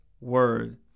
word